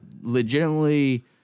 legitimately